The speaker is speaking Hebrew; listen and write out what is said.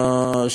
כפי שאמרתי,